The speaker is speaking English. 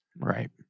Right